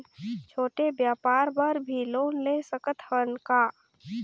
छोटे व्यापार बर भी लोन ले सकत हन का?